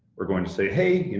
we're going to say, hey, you